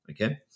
Okay